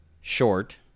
short